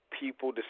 people